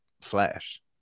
Flash